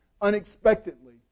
unexpectedly